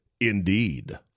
Indeed